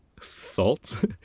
salt